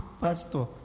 Pastor